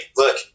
look